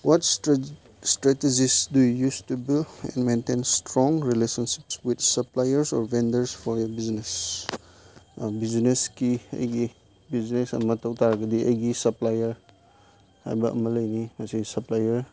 what's the strategies do you use to build in maintain strong relationship with suppliers or vendor for your business ꯕꯤꯖꯤꯅꯦꯁꯀꯤ ꯑꯩꯒꯤ business ꯑꯃ ꯇꯧꯇꯥꯔꯒꯗꯤ ꯑꯩꯒꯤ supplier ꯍꯥꯏꯕ ꯑꯃ ꯂꯩꯅꯤ ꯃꯁꯤ ꯁꯞꯄ꯭ꯂꯥꯏꯌꯔ